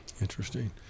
Interesting